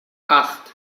acht